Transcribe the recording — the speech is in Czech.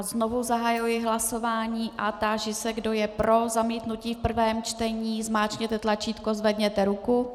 Znovu zahajuji hlasování a táži se, kdo je pro zamítnutí v prvém čtení, zmáčkněte tlačítko a zvedněte ruku.